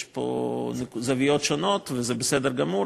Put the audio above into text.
יש פה זוויות שונות וזה בסדר גמור,